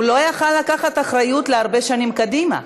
הוא לא היה יכול לקחת אחריות להרבה שנים קדימה.